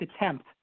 attempt